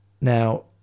Now